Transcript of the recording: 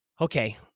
okay